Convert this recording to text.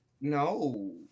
no